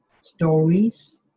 stories